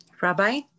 Rabbi